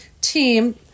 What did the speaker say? team